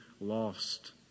lost